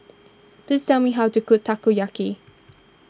please tell me how to cook Takoyaki